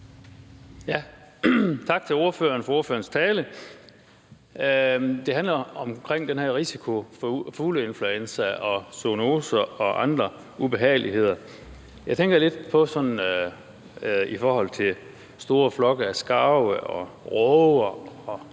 Tak til ordføreren for talen. Mit spørgsmål handler om den her risiko for fugleinfluenza og zoonoser og andre ubehageligheder. Jeg tænker lidt på det i forhold til sådan store flokke af skarver og råger